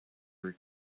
her